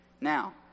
Now